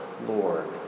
Lord